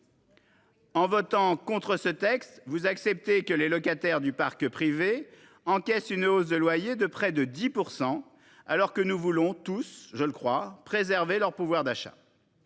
en votant contre ce texte, vous acceptez que les locataires du parc privé encaissent une hausse de loyer de près de 10 %, alors que nous voulons tous, je le crois, préserver leur pouvoir d'achat.